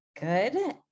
Good